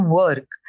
work